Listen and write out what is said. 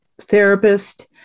therapist